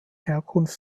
herkunft